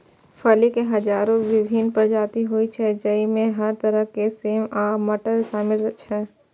फली के हजारो विभिन्न प्रजाति होइ छै, जइमे हर तरह के सेम आ मटर शामिल छै